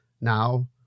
Now